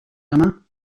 germain